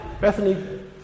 Bethany